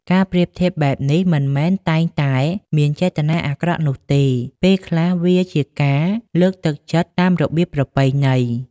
ការប្រៀបធៀបបែបនេះមិនមែនតែងតែមានចេតនាអាក្រក់នោះទេ ពេលខ្លះវាជាការលើកទឹកចិត្តតាមរបៀបប្រពៃណី។